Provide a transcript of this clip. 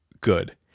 good